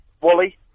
wally